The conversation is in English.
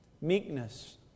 meekness